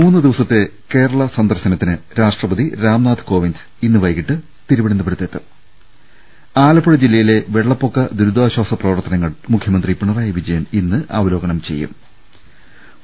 മൂന്ന് ദിവസത്തെ കേരള സന്ദർശനത്തിന് രാഷ്ട്രപതി രാംനാഥ് കോവിന്ദ് ഇന്ന് വൈകീട്ട് തിരു വനന്തപുര ത്തെത്തും ും ആലപ്പുഴ ജില്ലയിലെ വെള്ളപ്പൊക്ക ദുരിതാശ്വാസ പ്രവർത്ത നങ്ങൾ മുഖ്യമന്ത്രി പിണറായി വിജയൻ ഇന്ന് അവലോ കനം ചെയ്യും ു